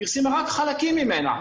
אלא רק חלקים ממנה.